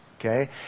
okay